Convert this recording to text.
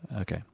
Okay